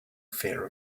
fear